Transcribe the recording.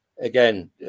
again